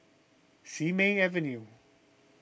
Simei Avenue